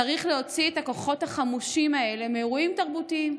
צריך להוציא את הכוחות החמושים האלה מאירועים תרבותיים.